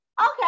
Okay